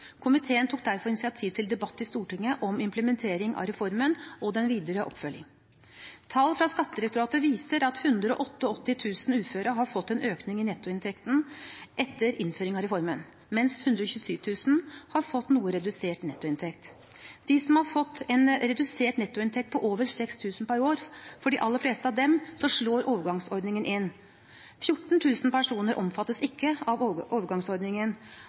Komiteen tok derfor initiativ til debatt i Stortinget om implementering av reformen og den videre oppfølging. Tall fra Skattedirektoratet viser at 188 000 uføre har fått en økning i nettoinntekten etter innføring av reformen, mens 127 000 har fått noe redusert nettoinntekt. For de aller fleste av dem som har fått en redusert nettoinntekt på over 6 000 kr per år, slår overgangsordningen inn. 14 000 personer omfattes ikke av overgangsordningen, og